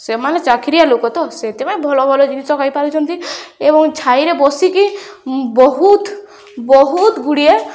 ସେମାନେ ଚାକିରିଆ ଲୋକ ତ ସେଥିପାଇଁ ଭଲ ଭଲ ଜିନିଷ ଖାଇପାରୁଛନ୍ତି ଏବଂ ଛାଇରେ ବସିକି ବହୁତ ବହୁତ ଗୁଡ଼ିଏ